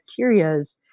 bacterias